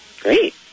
great